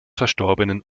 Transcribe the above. verstorbenen